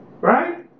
Right